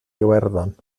iwerddon